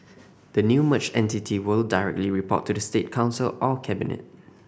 the new merged entity will directly report to the State Council or cabinet